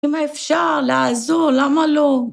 אם אפשר לעזור, למה לא?